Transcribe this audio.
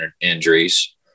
injuries